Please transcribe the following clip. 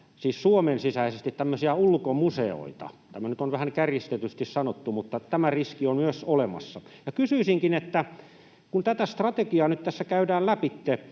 siis Suomen sisäisesti, tämmöisiä ulkomuseoita. Tämä on nyt vähän kärjistetysti sanottu, mutta tämä riski on myös olemassa. Kysyisinkin: Kun tätä strategiaa nyt tässä käydään lävitse,